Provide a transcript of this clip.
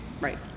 Right